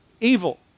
Evil